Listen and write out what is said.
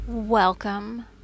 welcome